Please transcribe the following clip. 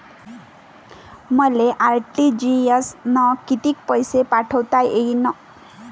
मले आर.टी.जी.एस न कितीक पैसे पाठवता येईन?